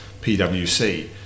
PwC